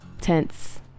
tense